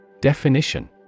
Definition